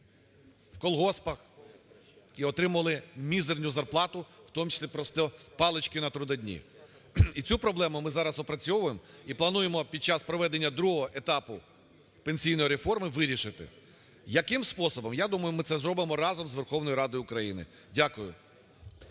в колгоспах і отримали мізерну зарплату, в тому числі просто палочки на трудодні. І цю проблему ми зараз опрацьовуємо, і плануємо під час проведення другого етапу пенсійної реформи вирішити. Яким способом? Я думаю, ми це зробимо разом з Верховною Радою України. Дякую.